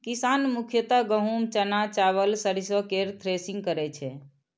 किसान मुख्यतः गहूम, चना, चावल, सरिसो केर थ्रेसिंग करै छै